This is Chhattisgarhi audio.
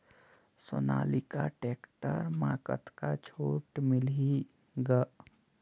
सोनालिका टेक्टर म कतका छूट मिलही ग?